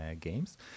games